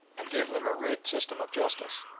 and gave them a rude system of justice.